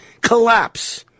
collapse